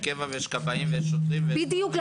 קבע ויש כבאים ויש שוטרים --- בדיוק,